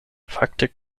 fakte